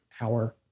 hour